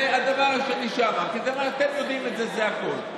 והדבר השני שאמרתי: אתם יודעים את זה, זה הכול.